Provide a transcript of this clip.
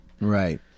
Right